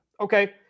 Okay